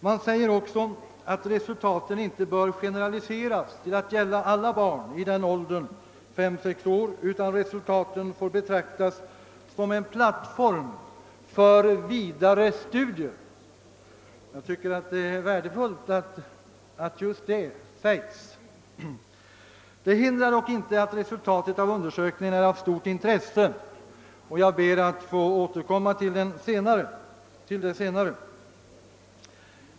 Man säger också att resultaten inte bör generaliseras till att gälla alla barn i åldern fem—sex år, utan får betraktas som en plattform för vidare studier. Jag finner det värdefullt att just detta sägs. Det hindrar dock inte att resultatet av undersökningen är av stort intresse. Jag ber att senare få återkomma till detta.